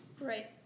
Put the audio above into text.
right